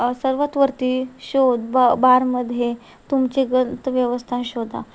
सर्वात वरती शोध ब बारमध्ये तुमची गंतव्यवस्ता शोधा